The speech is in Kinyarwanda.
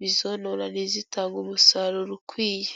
bizonona ntizitange umusaruro ukwiye.